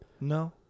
No